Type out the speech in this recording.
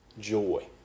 Joy